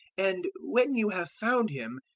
and when you have found him,